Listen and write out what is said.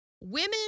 women